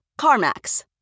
CarMax